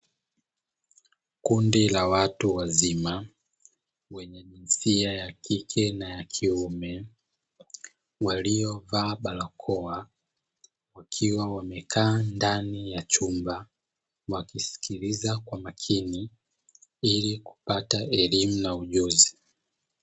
Kundi la watu wazima wenye jinsia ya kike na ya kiume, wakiwa wamevaa barakoa wakiwa wamekaa ndani ya chumba wakisikiliza kwa makini ili kupata elimu na ujuzi.